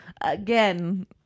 again